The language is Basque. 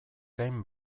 gain